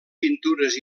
pintures